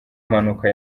impanuka